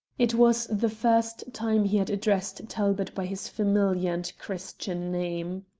it was the first time he had addressed talbot by his familiar and christian name.